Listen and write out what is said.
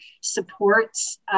supports